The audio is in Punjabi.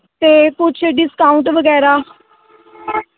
ਅਤੇ ਕੁਝ ਡਿਸਕਾਊਂਟ ਵਗੈਰਾ